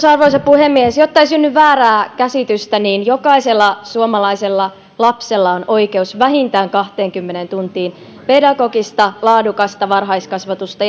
arvoisa puhemies jotta ei synny väärää käsitystä niin jokaisella suomalaisella lapsella on oikeus vähintään kahteenkymmeneen tuntiin pedagogista laadukasta varhaiskasvatusta